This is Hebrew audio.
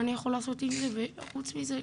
מה אני יכול לעשות עם זה וחוץ מזה,